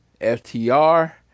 FTR